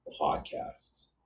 podcasts